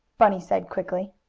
bunny said quickly.